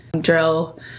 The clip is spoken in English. drill